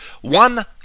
one